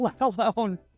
alone